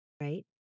right